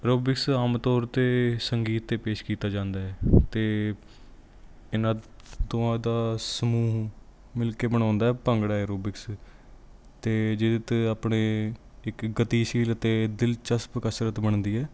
aerobics ਆਮ ਤੌਰ 'ਤੇ ਸੰਗੀਤ 'ਤੇ ਪੇਸ਼ ਕੀਤਾ ਜਾਂਦਾ ਹੈ ਅਤੇ ਇਹਨਾਂ ਦੋਵਾਂ ਦਾ ਸਮੂਹ ਮਿਲ ਕੇ ਬਣਾਉਂਦਾ ਭੰਗੜਾ ਐਰੋਬਿਕਸ ਅਤੇ ਜਿਹਦੇ 'ਤੇ ਆਪਣੇ ਇੱਕ ਗਤੀਸ਼ੀਲ ਅਤੇ ਦਿਲਚਸਪ ਕਸਰਤ ਬਣਦੀ ਹੈ